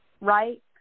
right